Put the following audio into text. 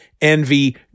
envy